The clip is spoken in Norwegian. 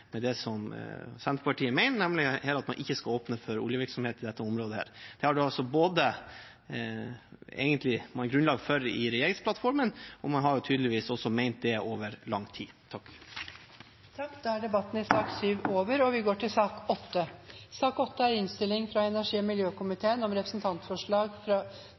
det som Senterpartiet mener, nemlig at man ikke skal åpne for oljevirksomhet i dette området. Det har man altså grunnlag for i regjeringsplattformen, og det har man tydeligvis også ment over lang tid. Flere har ikke bedt om ordet til sak nr. 7. Etter ønske fra energi- og miljøkomiteen vil presidenten ordne debatten slik: 3 minutter til hver partigruppe og